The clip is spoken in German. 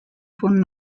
von